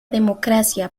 democracia